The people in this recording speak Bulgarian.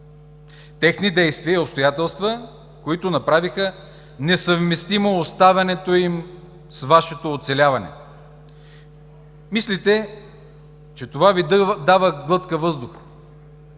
техни действия и обстоятелства, които направиха несъвместимо оставането им с Вашето оцеляване. Мислите, че това Ви дава глътка въздух.